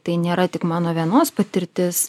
tai nėra tik mano vienos patirtis